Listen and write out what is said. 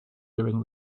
during